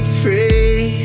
free